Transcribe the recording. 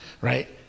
Right